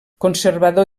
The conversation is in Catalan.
conservador